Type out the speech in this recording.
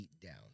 down